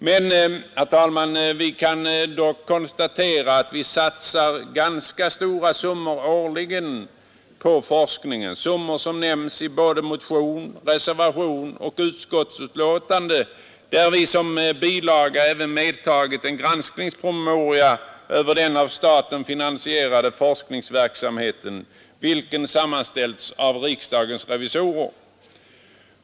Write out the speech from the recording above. Vi kan dock, herr talman, konstatera att vi satsar ganska stora summor årligen på forskningen, summor som nämns i såväl motion, reservation som utskottsbetänkande — där vi såsom bilaga även medtagit en av riksdagens revisorer sammanställd granskningspromemoria över den av staten finansierade forskningsverksamheten.